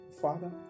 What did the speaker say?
father